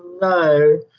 no